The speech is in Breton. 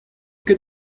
ket